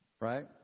right